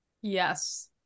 yes